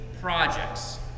projects